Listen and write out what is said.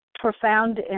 Profound